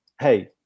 hey